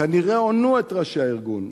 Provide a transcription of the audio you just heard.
כנראה הונו את ראשי הארגון,